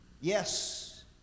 yes